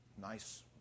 nice